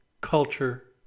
culture